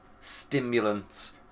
stimulants